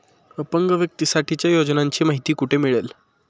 अपंग व्यक्तीसाठीच्या योजनांची माहिती कुठे मिळेल?